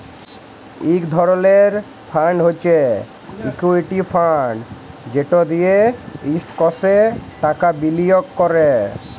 ইক ধরলের ফাল্ড হছে ইকুইটি ফাল্ড যেট দিঁয়ে ইস্টকসে টাকা বিলিয়গ ক্যরে